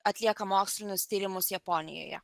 atlieka mokslinius tyrimus japonijoje